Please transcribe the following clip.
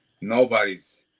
nobody's